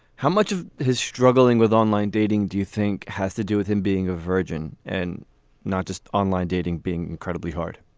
how much of his struggling with online dating do you think has to do with him being a virgin and not just online dating being incredibly hard